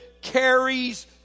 carries